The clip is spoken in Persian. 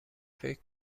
فکر